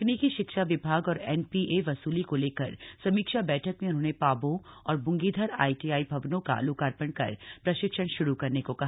तकनीकी शिक्षा विभाग और एनपीए वसूली को लेकर समीक्षा बैठक में उन्होंने पाबौं और बुंगीधर आईटीआई भवनों का लोकार्पण कर प्रशिक्षण शुरू करने को कहा